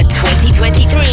2023